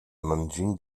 nanjing